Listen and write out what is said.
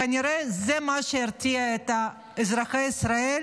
כנראה זה מה שירתיע את אזרחי ישראל